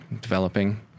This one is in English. developing